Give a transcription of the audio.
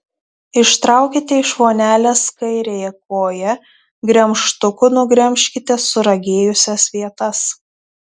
ištraukite iš vonelės kairiąją koją gremžtuku nugremžkite suragėjusias vietas